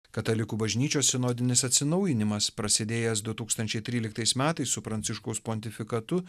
katalikų bažnyčios sinodinis atsinaujinimas prasidėjęs du tūkstančiai tryliktais metais su pranciškaus pontifikatu